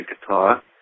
guitar